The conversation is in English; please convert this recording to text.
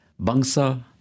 Bangsa